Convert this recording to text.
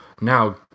now